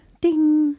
ding